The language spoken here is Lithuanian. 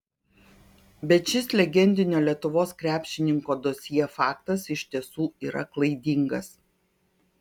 bet šis legendinio lietuvos krepšininko dosjė faktas iš tiesų yra klaidingas